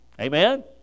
Amen